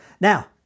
Now